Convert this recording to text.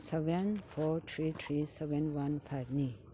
seven four three three seven one ꯐꯥꯏꯚꯅꯤ